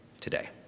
today